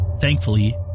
Thankfully